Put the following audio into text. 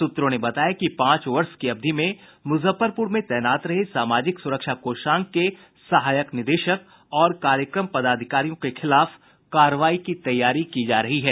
सूत्रों ने बताया कि पांच वर्ष की अवधि में मुजफ्फरपुर में तैनात रहे सामाजिक सुरक्षा कोषांग के सहायक निदेशक और कार्यक्रम पदाधिकारियों के खिलाफ कार्रवाई की तैयारी की जा रही है